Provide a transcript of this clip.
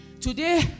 Today